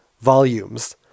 Volumes